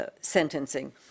sentencing